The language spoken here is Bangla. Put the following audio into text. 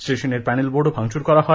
স্টেশনের প্যানেল বোর্ডেও ভাঙচুর করা হয়